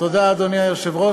אדוני היושב-ראש,